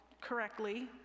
correctly